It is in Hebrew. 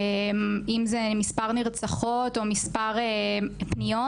אם זה מספר נרצחות או מספר פניות.